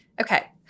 Okay